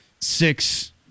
six